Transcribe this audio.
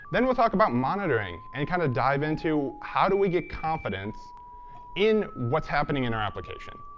then we'll talk about monitoring and kind of dive into how do we get confidence in what's happening in our application?